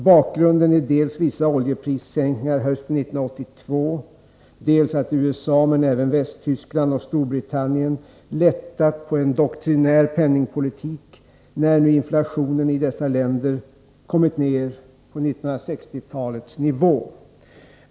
Bakgrunden är dels vissa oljeprissänkningar hösten 1982, dels att USA men även Västtyskland och Storbritannien lättat på en doktrinär penningpolitik när nu inflationen i dessa länder kommit ner till 1960-talets nivå.